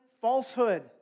falsehood